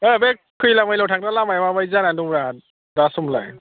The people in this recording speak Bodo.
दा बे खैला मैलायाव थांग्रा लामाया मा बायदि जानानै दंब्रा दासमावलाय